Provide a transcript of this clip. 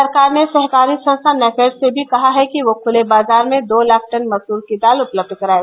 सरकार ने सहकारी संस्था नैफेड से भी कहा है कि वह खुले बाजार में दो लाख टन मसूर की दाल उपलब्ध कराए